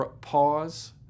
Pause